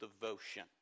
devotion